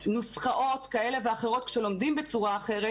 כאלה נוסחאות ואחרות שלומדים בצורה אחרת,